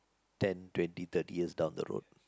ten twenty thirty years down the road